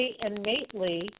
innately